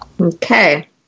Okay